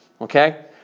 okay